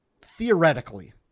theoretically